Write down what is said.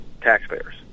taxpayers